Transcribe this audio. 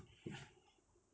yeah